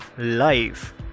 Life